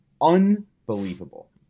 unbelievable